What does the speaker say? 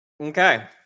Okay